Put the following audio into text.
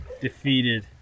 Defeated